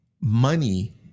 money